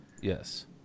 yes